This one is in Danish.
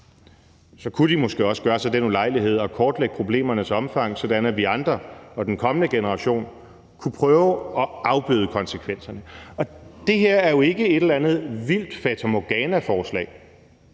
Så kunne de måske også gøre sig den ulejlighed at kortlægge problemernes omfang, sådan at vi andre og den kommende generation kunne prøve at afbøde konsekvenserne. Og det her er jo ikke et eller andet vildt fatamorganaforslag.